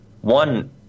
one